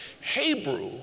Hebrew